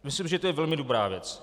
Myslím, že je to velmi dobrá věc.